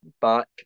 back